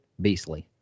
beastly